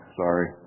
sorry